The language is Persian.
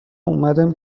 اومدم